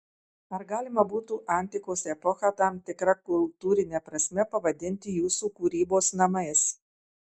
ar galima būtų antikos epochą tam tikra kultūrine prasme pavadinti jūsų kūrybos namais